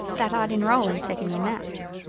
that i'd enroll in second year maths.